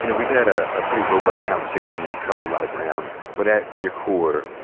you know we've had ah a pretty robust conversation and we've covered a lot of ground, but at your core,